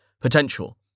Potential